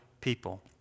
people